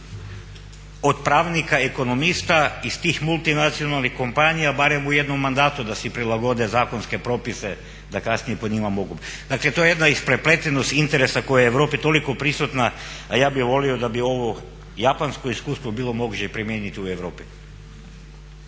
od pravnika, ekonomista iz tih multinacionalnih kompanija barem u jednom mandatu da si prilagode zakonske propise da kasnije po njima mogu. Dakle to je jedna isprepletenost interesa koja je u Europi toliko prisutna, a ja bih volio da bi ovo japansko iskustvo bilo moguće primijeniti u Europi.